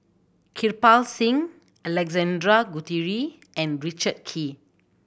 Kirpal Singh Alexander Guthrie and Richard Kee